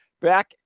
back